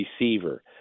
receiver